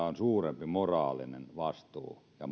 on suurempi moraalinen vastuu ja